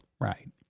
Right